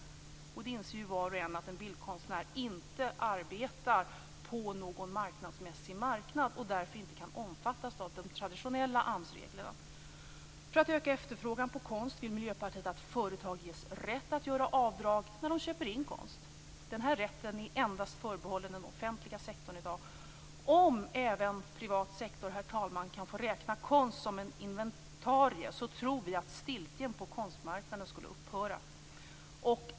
Var och en inser att en bildkonstnär inte arbetar på någon marknadsmässig marknad och därför inte kan omfattas av de traditionella AMS-reglerna. För att öka efterfrågan på konst vill Miljöpartiet att företag ges rätt att göra avdrag när de köper in konst. Den här rätten är endast förbehållen den offentliga sektorn i dag. Om även privat sektor kan få räkna konst som en inventarie tror vi att stiltjen på konstmarknaden skulle upphöra.